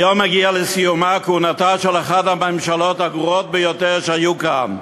היום מגיעה לסיומה כהונתה של אחת הממשלות הגרועות ביותר שהיו כאן,